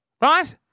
right